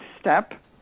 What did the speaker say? Step